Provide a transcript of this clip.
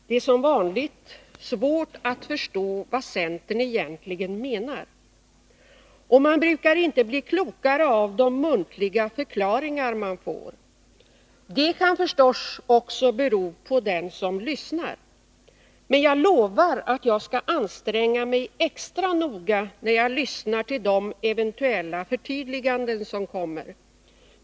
Det är, som vanligt, svårt att förstå vad centern egentligen menar. Och man brukar inte bli klokare av de muntliga förklaringar man får. Det kan förstås också bero på den som lyssnar. Jag lovar att jag skall anstränga mig extra noga när jag lyssnar till de eventuella förtydliganden som kommer.